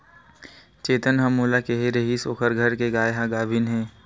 चेतन ह मोला केहे रिहिस ओखर घर के गाय ह गाभिन हे